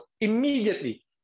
immediately